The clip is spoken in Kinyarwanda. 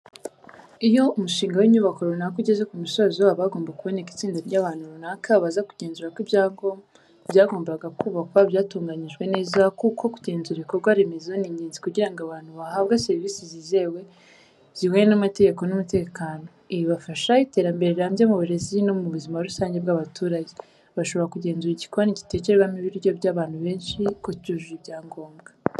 Iyo umushinga w'inyubako runaka ugeze ku musozo, haba hagomba kuboneka itsinda ry'abantu runaka baza kugenzura ko ibyagombaga kubakwa byatunganijwe neza kuko Kugenzura ibikorwa remezo ni ingenzi kugira ngo abantu bahabwa serivisi zizewe, zihuye n’amategeko n’umutekano. Ibi bifasha iterambere rirambye mu burezi no mu buzima rusange bw'abaturage. Bashobora kugenzura igikoni gitekerwamo ibiryo by'abantu benshi ko cyujuje ibyangombwa.